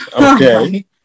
Okay